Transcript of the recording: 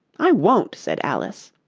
i won't said alice.